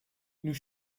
nous